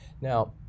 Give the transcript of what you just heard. Now